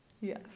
yes